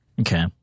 Okay